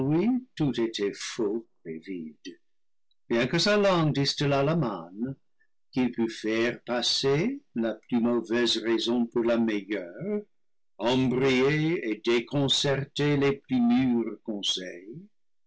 pût faire passer la plus mauvaise raison pour la meilleure embrouiller et déconcerter les plus mûrs conseils